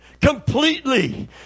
completely